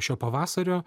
šio pavasario